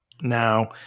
Now